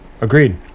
agreed